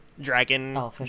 dragon